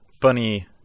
funny